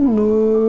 no